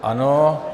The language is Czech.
Ano.